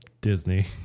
Disney